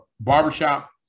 barbershop